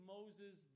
Moses